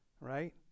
Right